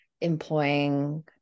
employing